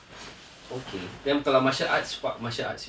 okay then kalau martial arts what martial arts you want to learn